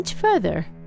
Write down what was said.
further